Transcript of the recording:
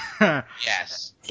Yes